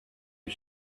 his